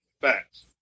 facts